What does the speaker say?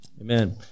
Amen